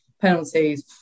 penalties